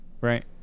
Right